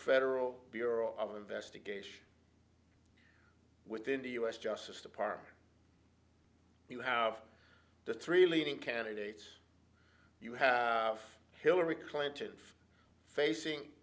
of bureau of investigation within the u s justice department you have the three leading candidates you have of hillary clinton facing